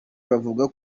bavuga